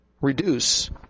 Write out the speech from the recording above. reduce